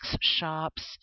shops